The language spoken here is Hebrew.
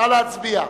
נא להצביע.